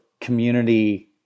community